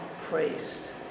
priest